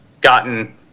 gotten